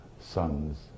sons